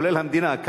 כולל המדינה,